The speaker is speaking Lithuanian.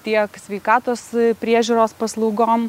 tiek sveikatos priežiūros paslaugom